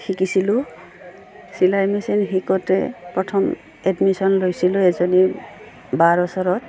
শিকিছিলোঁ চিলাই মেচিন শিকঁতে প্ৰথম এডমিশন লৈছিলোঁ এজনী বাৰ ওচৰত